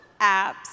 apps